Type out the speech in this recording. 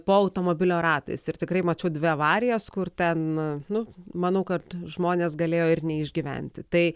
po automobilio ratais ir tikrai mačiau dvi avarijas kur ten nu manau kad žmonės galėjo ir neišgyventi tai